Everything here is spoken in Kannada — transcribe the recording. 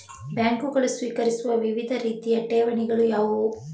ಬ್ಯಾಂಕುಗಳು ಸ್ವೀಕರಿಸುವ ವಿವಿಧ ರೀತಿಯ ಠೇವಣಿಗಳು ಯಾವುವು?